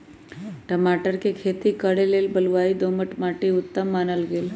टमाटर कें खेती करे लेल बलुआइ दोमट माटि उत्तम मानल गेल